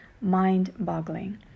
mind-boggling